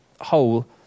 whole